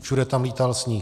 Všude tam lítal sníh.